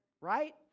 right